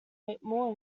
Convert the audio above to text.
whitmore